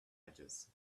edges